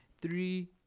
three